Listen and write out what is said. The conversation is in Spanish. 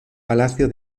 palacio